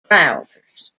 browsers